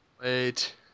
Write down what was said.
Wait